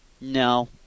no